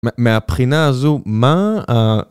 מהבחינה הזו, מה...